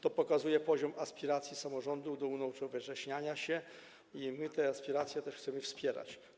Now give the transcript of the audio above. To pokazuje poziom aspiracji samorządu do unowocześniania się i my te aspiracje chcemy wspierać.